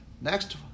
Next